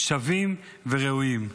שווים וראויים.